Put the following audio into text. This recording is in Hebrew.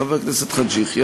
חבר הכנסת חאג' יחיא,